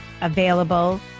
available